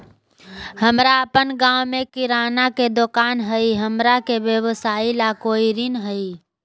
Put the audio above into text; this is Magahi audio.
हमर अपन गांव में किराना के दुकान हई, हमरा के व्यवसाय ला कोई ऋण हई?